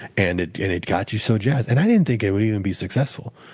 and it and it got you so jazzed. and i didn't think it would even be successful.